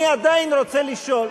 אני עדיין רוצה לשאול,